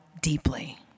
deeply